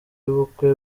y’ubukwe